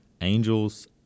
Angels